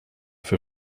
for